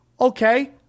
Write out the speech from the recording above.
okay